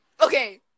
Okay